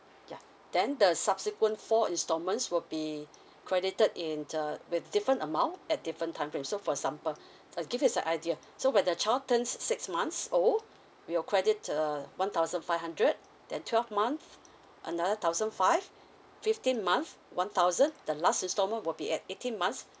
yeah then the subsequent four installments would be credited in the with different amount at different time frame so for example give you as a idea so when the child turns six months old we will credit uh one thousand five hundred then twelve month another thousand five fifteen month one thousand the last installment will be at eighteen months